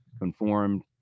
conformed